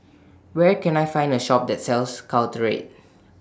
Where Can I Find A Shop that sells Caltrate